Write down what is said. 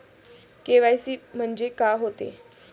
KYC म्हंनजे का होते?